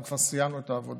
אנחנו כבר סיימנו את העבודה,